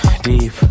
deep